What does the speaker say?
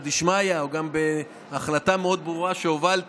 דשמיא או גם בהחלטה מאוד ברורה שהובלתי,